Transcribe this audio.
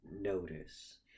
notice